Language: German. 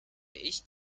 ich